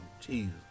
Jesus